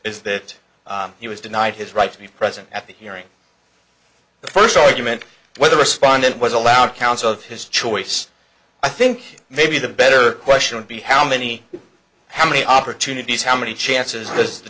is that he was denied his right to be present at the hearing the first argument whether respondent was allowed counsel of his choice i think maybe the better question would be how many how many opportunities how many chances